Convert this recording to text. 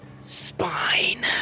Spine